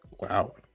Wow